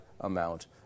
amount